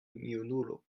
junulo